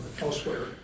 elsewhere